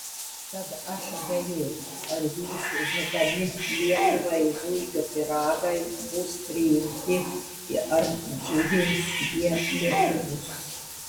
tad aš abejoju ar jūsų žadami lietuvai zuikio pyragai bus priimti ar džiugins jie lietuvius